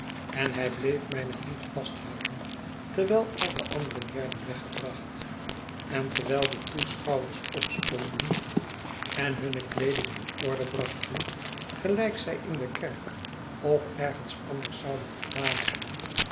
en hij bleef mijne hand vasthouden terwijl al de anderen werden weggebracht en terwijl de toeschouwers opstonden en hurme kleeding in orde brachten gelijk zij in de kerk of ergens anders zouden gedaan hebben